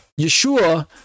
Yeshua